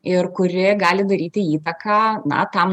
ir kuri gali daryti įtaką na tam